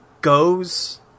goes